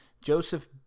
Joseph